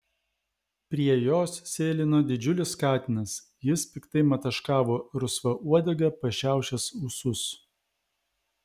prie jos sėlino didžiulis katinas jis piktai mataškavo rusva uodega pašiaušęs ūsus